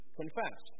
confess